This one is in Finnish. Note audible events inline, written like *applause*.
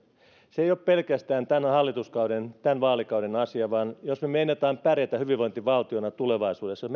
se ei ole pelkästään tämän hallituskauden tämän vaalikauden asia vaan jos me meinaamme pärjätä hyvinvointivaltiona tulevaisuudessa *unintelligible*